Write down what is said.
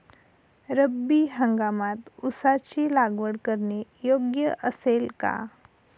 रब्बी हंगामात ऊसाची लागवड करणे योग्य असेल का?